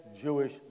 Jewish